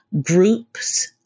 groups